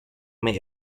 may